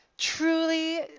truly